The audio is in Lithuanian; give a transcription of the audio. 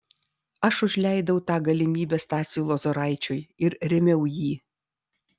aš užleidau tą galimybę stasiui lozoraičiui ir rėmiau jį